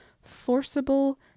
forcible